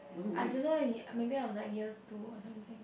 I don't know he maybe I was like year two or something